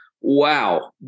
Wow